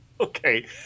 Okay